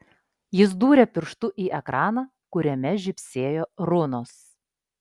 jis dūrė pirštu į ekraną kuriame žybsėjo runos